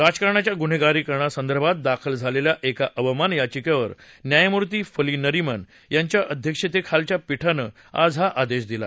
राजकारणाच्या गुन्हेगारीकरणासंदर्भात दाखल झालेल्या एका अवमान याचिकेवर न्यायमूर्ती फली नरिमन यांच्या अध्यक्षतेखालच्या पीठानं आज हा आदेश दिला